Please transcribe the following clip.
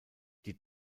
die